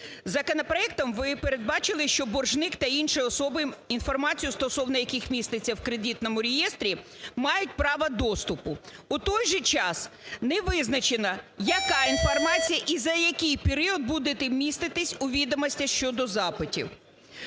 Законопроектом ви передбачили, що боржник та інші особи, інформація стосовно яких міститься в Кредитному реєстрі, мають право доступу. У той же час не визначено, яка інформація і за який період буде міститися у відомостях щодо запитів.